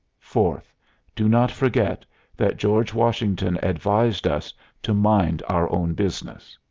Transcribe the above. fourth do not forget that george washington advised us to mind our own business.